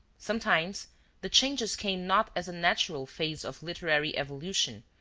sometimes the changes came not as a natural phase of literary evolution,